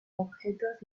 objetos